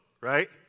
right